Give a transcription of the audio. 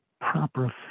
proper